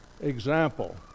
example